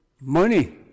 money